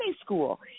school